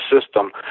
system